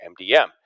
MDM